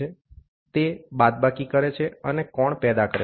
તેથી તે બાદબાકી કરે છે અને કોણ પેદા કરે છે